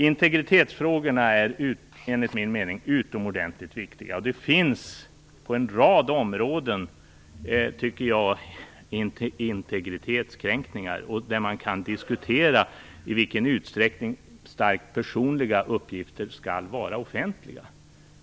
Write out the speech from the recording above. Integritetsfrågorna är utomordentligt viktiga, enligt min mening. Det sker integritetskränkningar på en rad områden, där det kan diskuteras i vilken utsträckning starkt personliga uppgifter skall vara offentliga.